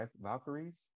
Valkyries